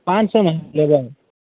पाँच सओमे लेबै